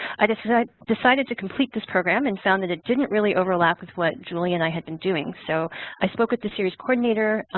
i decided i decided to complete this program and found that it didn't really overlap with what julie and i had been doing. so i spoke with the series coordinator,